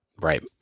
Right